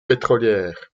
pétrolière